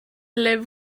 live